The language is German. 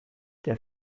der